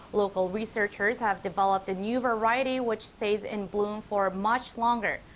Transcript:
local researchers have developed a new variety which stays in bloom for much longer.